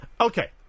okay